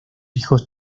hijos